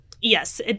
yes